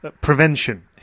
prevention